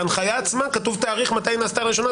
בהנחיה עצמה כתוב תאריך מתי היא נעשתה לראשונה,